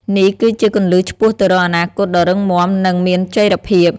នេះគឺជាគន្លឹះឆ្ពោះទៅរកអនាគតដ៏រឹងមាំ និងមានចីរភាព។